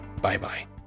Bye-bye